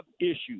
issues